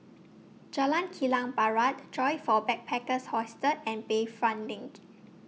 Jalan Kilang Barat Joyfor Backpackers' Hostel and Bayfront LINK